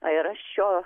ir aš šio